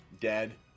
dead